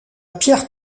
pierre